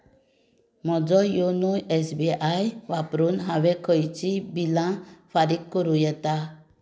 म्हजो YONO S B I वापरून हांवें खंयची बिलां फारीक करूं येतात